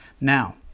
Now